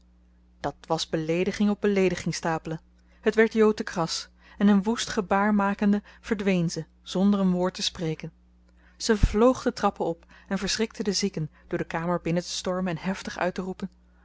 dat was beleediging op beleediging stapelen het werd jo te kras en een woest gebaar makende verdween ze zonder een woord te spreken ze vloog de trappen op en verschrikte de zieken door de kamer binnen te stormen en heftig uit te roepen